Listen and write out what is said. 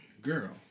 Girl